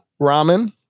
ramen